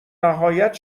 نهایت